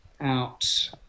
out